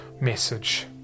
message